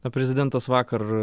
na prezidentas vakar